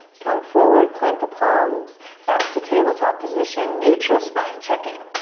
come forward, plant the palms back to tabletop position. neutral spine. check in.